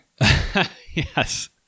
Yes